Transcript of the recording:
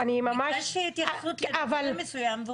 ביקשתי התייחסות על נושא מסוים.